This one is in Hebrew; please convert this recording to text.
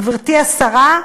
גברתי השרה,